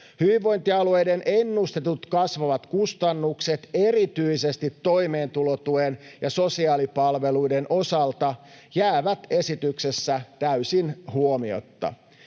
Hyvinvointialueiden ennustetut kasvavat kustannukset erityisesti toimeentulotuen ja sosiaalipalveluiden osalta jäävät esityksessä täysin huomiotta.